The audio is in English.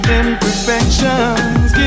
imperfections